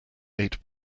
eight